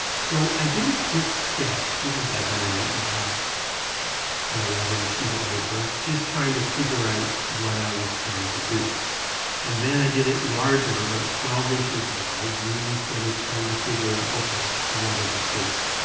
so i did a quick sketch, this is like on an eight and a half and eleven sheet of paper, just trying to figure out what i was trying to do and then i did it larger about twelve inches wide, really sort of trying to figure out okay what are the shapes.